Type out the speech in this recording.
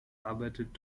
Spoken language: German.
arbeitet